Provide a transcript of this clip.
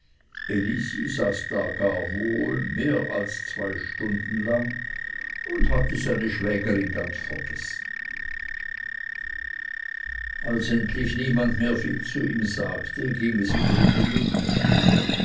da gar wohl mehr als zwei stunden lang und hatte seine schwägerin ganz vergessen als endlich niemand mehr viel zu ihm sagte ging es wieder in die nebenstube